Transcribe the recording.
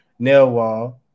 Nailwall